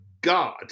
God